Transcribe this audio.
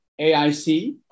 AIC